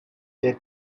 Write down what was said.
their